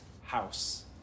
house